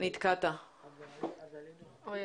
בראש